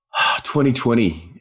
2020